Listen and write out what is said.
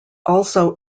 also